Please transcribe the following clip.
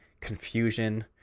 confusion